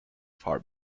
far